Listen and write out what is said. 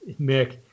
Mick